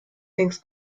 things